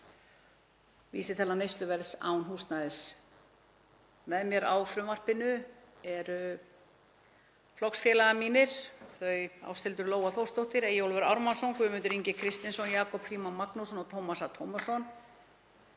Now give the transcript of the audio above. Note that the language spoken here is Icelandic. (vísitala neysluverðs án húsnæðis). Með mér á frumvarpinu eru flokksfélagar mínir, þau Ásthildur Lóa Þórsdóttir, Eyjólfur Ármannsson, Guðmundur Ingi Kristinsson, Jakob Frímann Magnússon og Tómas A. Tómasson.